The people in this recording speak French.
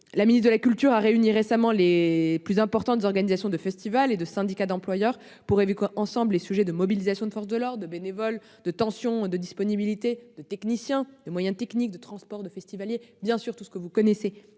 La ministre de la culture a réuni récemment les plus importants organisateurs de festivals et les syndicats d'employeurs pour évoquer l'ensemble des sujets : mobilisation des forces de l'ordre, des bénévoles, tension sur la disponibilité des techniciens et des moyens techniques, transport des festivaliers, etc. Un travail